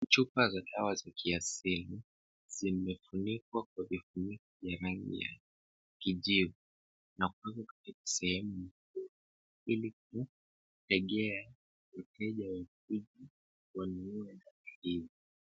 Chupa za dawa za kiasili zimefunikwa kwa vifuniko vya rangi ya kijivu, na kuekwa katika sehemu hii ili kutegea wateja wakuje wanunue dawa hizi.